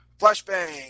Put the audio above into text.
flashbang